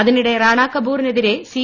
അതിനിടെ റാണാ കപൂറിനെതിരെ സി